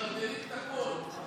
מדרדרים את הכול.